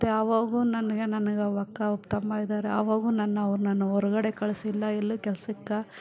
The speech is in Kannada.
ಮತ್ತು ಅವಾಗು ನನಗೆ ನನಗೆ ಅವಕ್ಕ ಒಬ್ಬ ತಮ್ಮ ಇದ್ದಾರೆ ಅವಗೂ ನನ್ನ ಅವ್ರು ಹೊರಗಡೆ ಕಳಿಸಿಲ್ಲ ಎಲ್ಲು ಕೆಲ್ಸಕ್ಕೆ